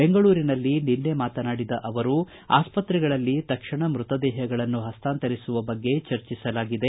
ಬೆಂಗಳೂರಿನಲ್ಲಿ ನಿನ್ನೆ ಮಾತನಾಡಿದ ಅವರು ಆಸ್ಪತ್ರೆಗಳಲ್ಲಿ ತಕ್ಷಣ ಮೃತದೇಹಗಳನ್ನು ಹಸ್ನಾಂತರಿಸುವ ಬಗ್ಗೆ ಚರ್ಚಿಸಲಾಗಿದೆ